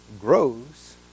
grows